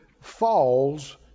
falls